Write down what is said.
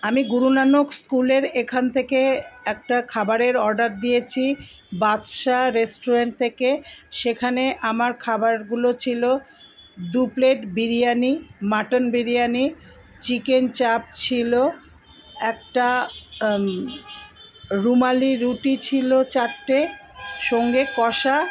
আমি গুরুনানক স্কুলের এখান থেকে একটা খাবারের অর্ডার দিয়েছি বাদশা রেস্টুরেন্ট থেকে সেখানে আমার খাবারগুলো ছিলো দু plate biryani mutton biryani chicken chaap ছিলো একটা রুমালি রুটি ছিলো চারটে সঙ্গে কষা